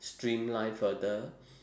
streamline further